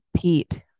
Pete